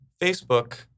Facebook